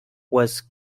was